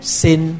sin